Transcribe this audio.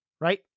right